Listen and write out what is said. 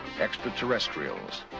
Extraterrestrials